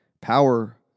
Power